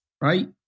right